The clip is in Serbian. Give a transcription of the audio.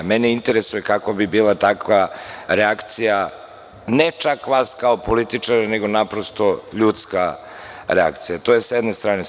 Mene interesuje kakva bi bila takva reakcija ne čak vas kao političara nego naprosto ljudska reakcija, to je sa jedne strane.